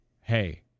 hey